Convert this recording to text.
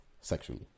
sexually